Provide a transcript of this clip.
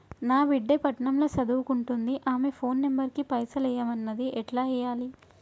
నా బిడ్డే పట్నం ల సదువుకుంటుంది ఆమె ఫోన్ నంబర్ కి పైసల్ ఎయ్యమన్నది ఎట్ల ఎయ్యాలి?